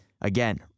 again